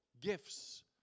gifts